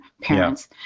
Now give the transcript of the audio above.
parents